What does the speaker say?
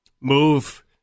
move